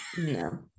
no